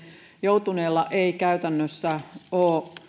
joutuneella ei käytännössä ole